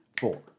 four